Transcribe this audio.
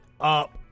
up